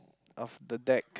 of the deck